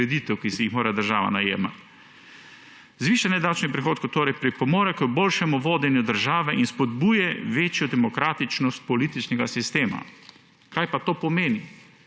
kreditih, ki jih mora država najemati. Zvišanje davčnih prihodkov torej pripomore k boljšemu vodenju države in spodbuja večjo demokratičnost političnega sistema. Kaj to pomeni?